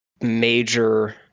major